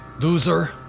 loser